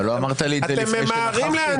אבל לא אמרתי לי את זה לפני --- אתם ממהרים לאנשהו,